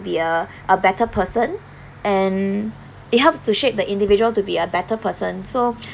be a a better person and it helps to shape the individual to be a better person so